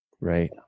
Right